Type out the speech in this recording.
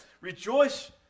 Rejoice